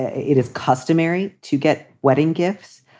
ah it is customary to get wedding gifts.